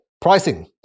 pricing